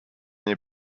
nie